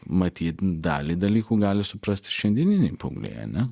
matyt dalį dalykų gali suprasti šiandieniniai paaugliai ane